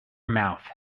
mouth